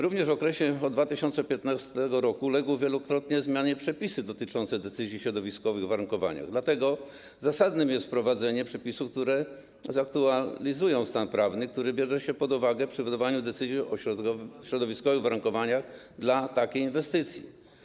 Również w okresie od 2015 r. uległy wielokrotnie zmianie przepisy dotyczące decyzji o środowiskowych uwarunkowaniach, dlatego zasadne jest wprowadzenie przepisów, które zaktualizują stan prawny, który jest brany pod uwagę przy wydawaniu decyzji o środowiskowych uwarunkowaniach dla takiej inwestycji.